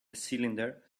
cylinder